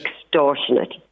extortionate